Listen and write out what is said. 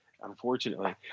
unfortunately